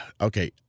okay